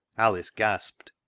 alice gasped,